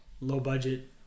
low-budget